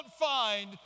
find